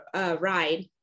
ride